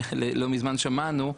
שלא מזמן שמענו,